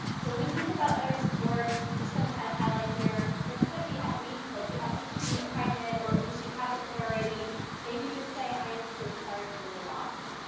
so, when we think about better support, i'm just gonna kinda highlight here. instead of the at least, like the at least you didn't get pregnant or at least you have a kid already maybe just say i'm so sorry for your loss.